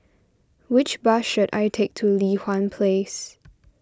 which bus should I take to Li Hwan Place